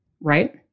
right